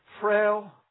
Frail